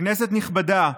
כנסת נכבדה,